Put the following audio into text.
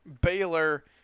Baylor